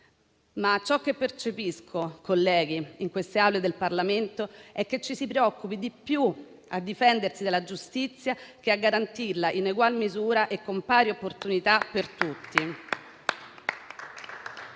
ma ciò che percepisco in queste Aule del Parlamento è che ci si preoccupa più di difendersi dalla giustizia che di garantirla in egual misura e pari opportunità per tutti.